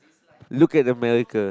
look at America